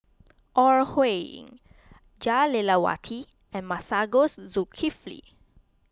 Ore Huiying Jah Lelawati and Masagos Zulkifli